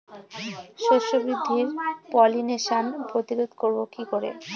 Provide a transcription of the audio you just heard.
শস্য বৃদ্ধির পলিনেশান প্রতিরোধ করব কি করে?